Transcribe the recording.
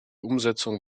umsetzung